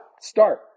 Start